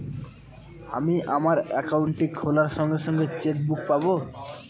আমি আমার একাউন্টটি খোলার সঙ্গে সঙ্গে চেক বুক পাবো?